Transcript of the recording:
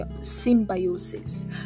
symbiosis